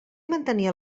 mantenir